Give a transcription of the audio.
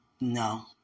No